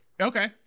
Okay